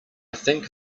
think